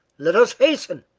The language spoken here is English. let us hasten.